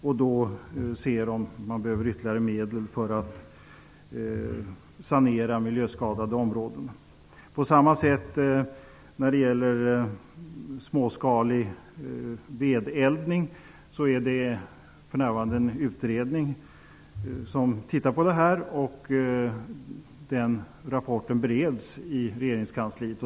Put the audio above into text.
Då ser man om det behövs ytterligare medel för att sanera de miljöskadade områdena. På samma sätt pågår det för närvarande en utredning om småskalig vedeldning. Den rapporten bereds i regeringskansliet.